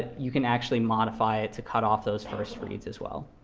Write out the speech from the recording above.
you can actually modify it to cut off those first reads as well.